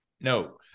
No